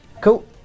Cool